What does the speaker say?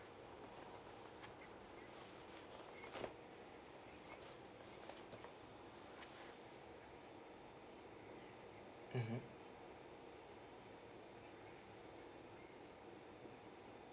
mmhmm